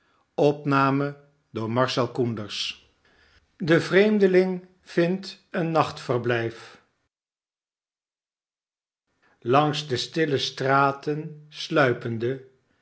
de vreemdeling vindt een nachtverblijf langs de stille straten sluipende